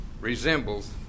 resembles